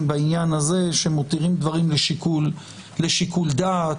בעניין הזה שמותירים דברים לשיקול דעת,